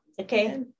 okay